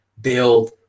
build